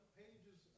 pages